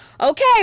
okay